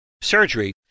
surgery